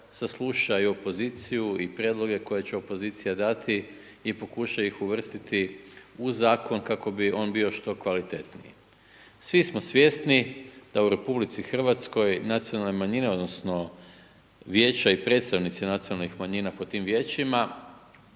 sasluša i opoziciju, i prijedloge koje će opozicija dati, i pokuša ih uvrstiti u Zakon kako bi on bio što kvalitetniji. Svi smo svjesni da u Republici Hrvatskoj nacionalne manjine odnosno Vijeća i predstavnici nacionalnih manjina po tim Vijećima,